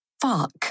fuck